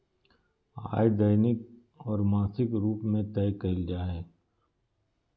आय दैनिक और मासिक रूप में तय कइल जा हइ